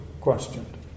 questioned